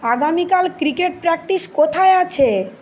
আগামীকাল cricket practice কোথায় আছে